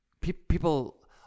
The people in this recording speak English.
People